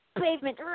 pavement